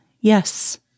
yes